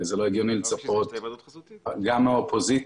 הרי זה לא הגיוני לצפות גם מהאופוזיציה